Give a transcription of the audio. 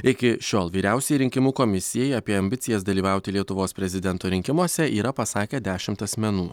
iki šiol vyriausiajai rinkimų komisijai apie ambicijas dalyvauti lietuvos prezidento rinkimuose yra pasakę dešimt asmenų